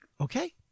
Okay